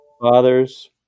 fathers